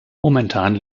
momentan